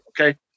okay